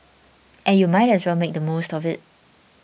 and you might as well make the most of it